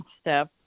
step